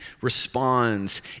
responds